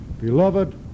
beloved